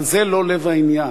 אבל זה לא לב העניין.